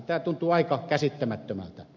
tämä tuntuu aika käsittämättömältä